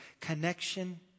Connection